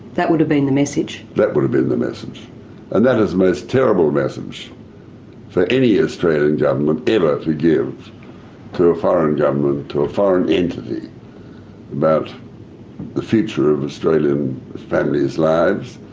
that would have been the message? that would have been the message, and that is the most terrible message for any australian government ever to give to a foreign government, to a foreign entity about the future of australian families' lives,